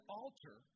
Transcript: altar